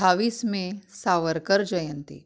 अठ्ठावीस मे सावरकर जयंती